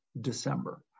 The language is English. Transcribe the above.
December